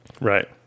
Right